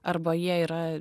arba jie yra